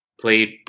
played